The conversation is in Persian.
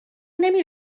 نمی